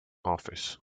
office